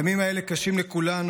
הימים האלה קשים לכולנו.